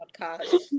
podcast